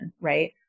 right